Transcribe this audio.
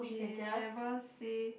they never say